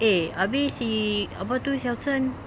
eh habis si apa tu si afsan